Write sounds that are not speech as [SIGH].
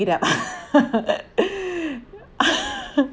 up [LAUGHS]